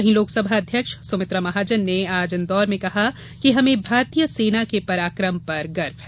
वहीं लोकसभा अध्यक्ष सुमित्रा महाजन ने आज इंदौर में कहा कि हमें भोरतीय सेना के पराक्रम पर गर्व है